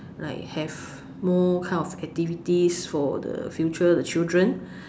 like have more kind of activities for the future the children